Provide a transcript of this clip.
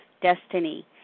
destiny